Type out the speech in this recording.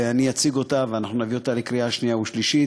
ואני אציג אותה ואנחנו נביא אותה לקריאה שנייה ושלישית